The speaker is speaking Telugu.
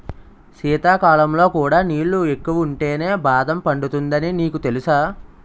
శీతాకాలంలో కూడా నీళ్ళు ఎక్కువుంటేనే బాదం పండుతుందని నీకు తెలుసా?